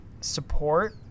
support